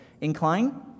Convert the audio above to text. Incline